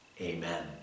amen